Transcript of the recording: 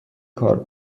کار